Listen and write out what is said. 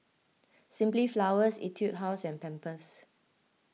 Simply Flowers Etude House and Pampers